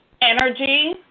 Energy